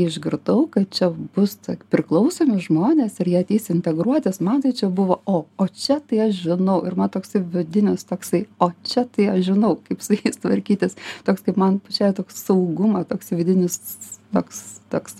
išgirdau kad čia bus tik priklausomi žmonės ir jie ateis integruotis man tai čia buvo o čia tai žinau ir man toksai vidinis toksai o čia tai aš žinau kaip su jais tvarkytis toks kaip man pačiai toks saugumo toks vidinis toks toks